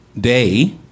day